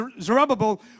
Zerubbabel